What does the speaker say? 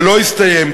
שלא הסתיים,